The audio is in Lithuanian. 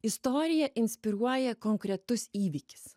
istoriją inspiruoja konkretus įvykis